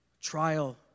trial